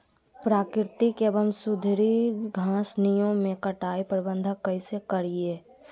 प्राकृतिक एवं सुधरी घासनियों में कटाई प्रबन्ध कैसे करीये?